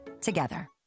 together